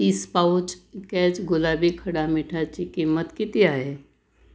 तीस पाउच कॅच गुलाबी खडा मिठाची किंमत किती आहे